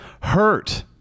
hurt